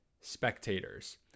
spectators